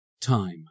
Time